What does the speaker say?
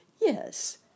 Yes